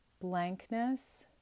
blankness